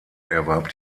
erwarb